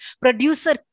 producer